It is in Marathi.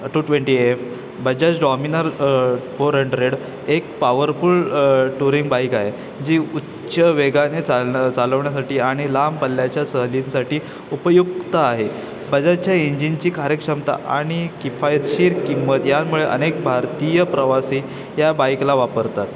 to twenty F Bajaj Dominar four hundred एक पॉवरफुल टुरिंग बाईक आहे जी उच्च वेगाने चालन चालवण्यासाठी आणि लांब पल्ल्याच्या सहलींसाठी उपयुक्त आहे बजाजच्या इंजिनची कार्यक्षमता आणि किफायतशीर किंमत यामुळे अनेक भारतीय प्रवासी या बाईकला वापरतात